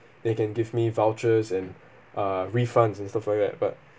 they can give me vouchers and uh refunds and stuff like that but